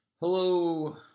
Hello